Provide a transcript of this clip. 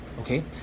okay